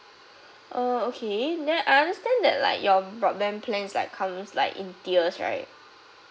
uh okay then I understand that like your broadband plans like comes like in tiers right